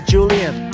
Julian